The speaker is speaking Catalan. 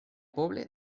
poble